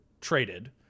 traded